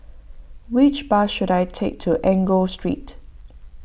which bus should I take to Enggor Street